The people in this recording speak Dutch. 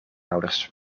ouders